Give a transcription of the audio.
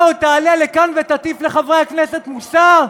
אתה עוד תעלה לכאן ותטיף לחברי הכנסת מוסר?